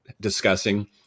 discussing